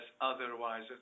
otherwise